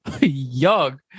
Young